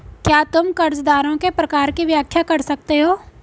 क्या तुम कर्जदारों के प्रकार की व्याख्या कर सकते हो?